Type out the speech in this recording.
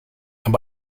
and